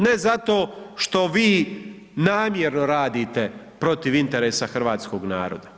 Ne zato što i namjerno radite protiv interesa hrvatskog naroda.